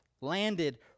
landed